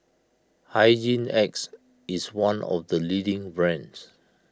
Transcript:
Hygin X is one of the leading brands